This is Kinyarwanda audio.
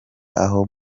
aho